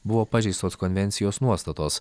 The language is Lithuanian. buvo pažeistos konvencijos nuostatos